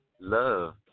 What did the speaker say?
Love